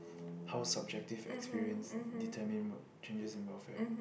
how's subjective experience determine changes about welfare